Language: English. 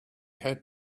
had